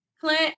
Clint